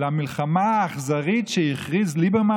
למלחמה האכזרית שהכריז ליברמן,